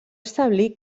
establir